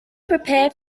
prepare